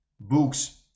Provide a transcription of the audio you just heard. Books